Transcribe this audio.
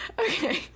Okay